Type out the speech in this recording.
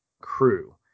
crew